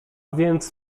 więc